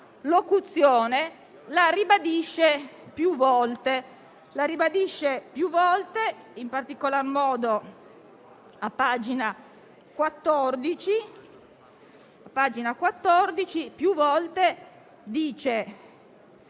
locuzione la ribadisce più volte, in particolar modo a pagina 14, dove cita